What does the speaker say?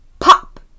pop